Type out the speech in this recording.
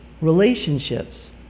relationships